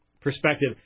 perspective